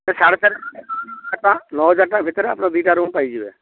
ସେ ସାଢ଼େ ଟଙ୍କା ନଅହଜାର ଟଙ୍କା ଭିତରେ ଆପଣ ଦୁଇଟା ରୁମ୍ ପାଇଯିବେ